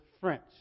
French